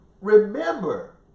remember